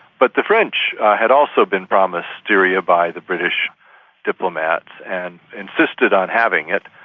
but the french had also been promised syria by the british diplomats and insisted on having it.